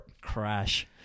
crash